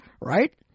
Right